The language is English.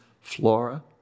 flora